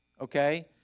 Okay